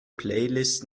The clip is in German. playlists